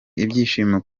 ibyishimo